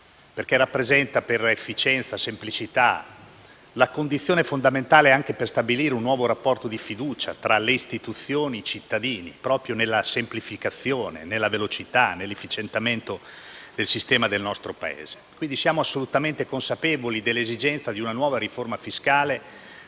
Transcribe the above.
perché rappresenta, per efficienza e semplicità, la condizione fondamentale per stabilire un nuovo rapporto di fiducia tra le istituzioni e i cittadini proprio nella semplificazione, nella velocità e nell'efficientamento del sistema del nostro Paese. Siamo assolutamente consapevoli dell'esigenza di una nuova riforma fiscale